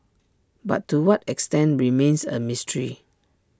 but to what extent remains A mystery